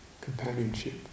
companionship